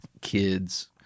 kids